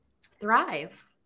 thrive